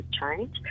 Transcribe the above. change